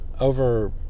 Over